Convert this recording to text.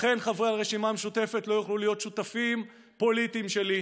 לכן חברי הרשימה המשותפת לא יוכלו להיות שותפים פוליטיים שלי,